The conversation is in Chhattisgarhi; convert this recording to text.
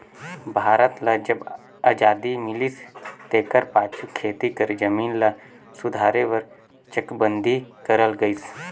भारत ल जब अजादी मिलिस तेकर पाछू खेती कर जमीन ल सुधारे बर चकबंदी करल गइस